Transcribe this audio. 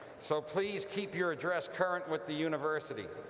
so please keep your address current with the university.